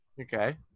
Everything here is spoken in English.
Okay